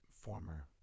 former